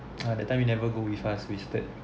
uh that time you never go with us wasted